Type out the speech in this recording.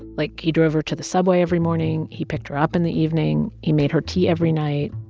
like, he drove her to the subway every morning. he picked her up in the evening. he made her tea every night,